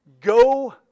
Go